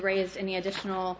raise any additional